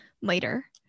later